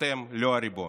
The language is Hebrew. אתם לא הריבון.